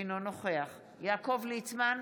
אינו נוכח יעקב ליצמן,